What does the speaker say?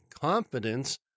confidence